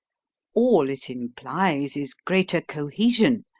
all it implies is greater cohesion,